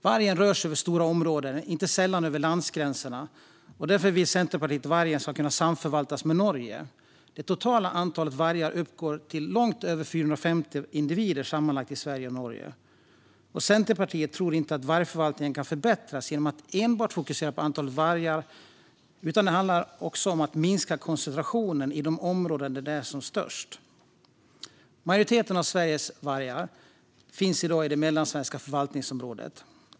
Vargen rör sig över stora områden, inte sällan över landsgränserna. Därför vill Centerpartiet att vargen ska kunna samförvaltas med Norge. Det totala antalet vargar i Sverige och Norge uppgår till sammanlagt långt över 450 individer. Centerpartiet tror inte att vargförvaltningen kan förbättras genom att enbart fokusera på antalet vargar, utan det handlar också om att minska koncentrationen i de områden där den är som störst. Majoriteten av Sveriges vargar finns i dag i det mellansvenska förvaltningsområdet.